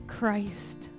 Christ